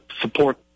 support